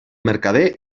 mercader